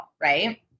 right